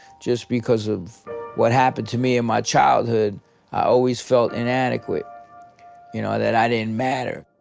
just because of what happened to me in my childhood. i always felt inadequate you know that i didn't matter.